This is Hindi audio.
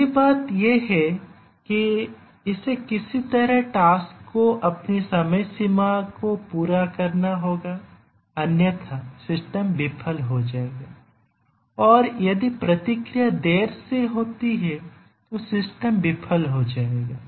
पहली बात यह है कि इसे किसी तरह टास्क को अपनी समय सीमा को पूरा करना होगा अन्यथा सिस्टम विफल हो जाएगा और यदि प्रतिक्रिया देर से होती है तो सिस्टम विफल हो जाएगा